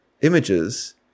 images